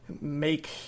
make